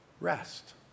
rest